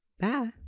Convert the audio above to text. bye